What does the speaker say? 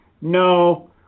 no